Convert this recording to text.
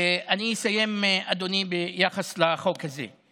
אדוני, אני אסיים ביחס לחוק הזה.